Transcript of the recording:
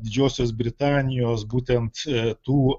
didžiosios britanijos būtent tų